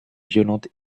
violente